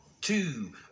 two